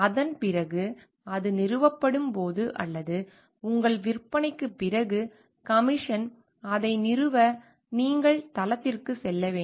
அதன் பிறகு அது நிறுவப்படும் போது அல்லது உங்கள் விற்பனைக்குப் பிறகு கமிஷன் அதை நிறுவ நீங்கள் தளத்திற்குச் செல்ல வேண்டும்